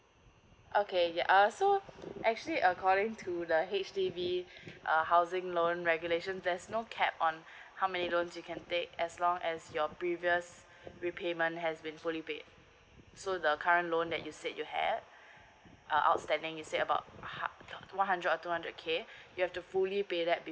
okay uh so I'm actually according to the H_D_B uh housing loan regulations there's no cap on how many loans you can take as long as your previous repayment has been fully paid so the current loan that you said you have uh outstanding you say about one hundred or two hundred K okay you have to fully pay that before